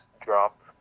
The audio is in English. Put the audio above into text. drop